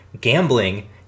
Gambling